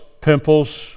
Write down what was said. pimples